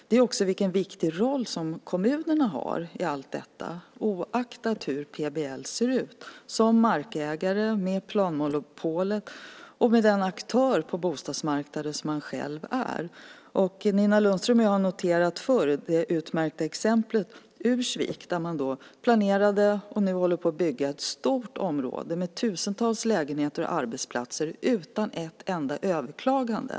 Det gäller den viktiga roll som kommunerna har i allt detta, oaktat hur PBL ser ut, som markägare, med planmonopolet, och som den aktör på bostadsmarknaden som man själv är. Nina Lundström och jag har förr noterat det utmärkta exemplet med Ursvik. Där planerade man, och nu håller man på att bygga ett stort område med tusentals lägenheter och arbetsplatser utan ett enda överklagande.